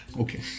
Okay